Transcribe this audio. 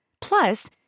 Plus